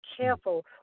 careful